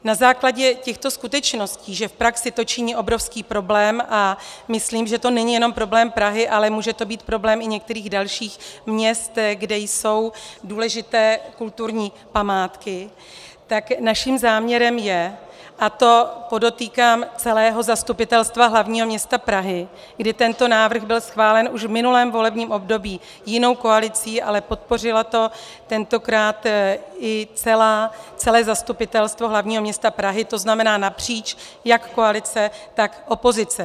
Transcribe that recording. Na základě těchto skutečností, že v praxi to činí obrovský problém, a myslím, že to není jenom problém Prahy, ale může to být problém i některých dalších měst, kde jsou důležité kulturní památky, tak naším záměrem je, a to podotýkám celého Zastupitelstva hlavního města Prahy, kdy tento návrh byl schválen už v minulém volebním období jinou koalicí, ale podpořilo to tentokrát i celé Zastupitelstvo hlavního města Prahy, to znamená napříč jak koalice, tak opozice...